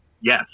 Yes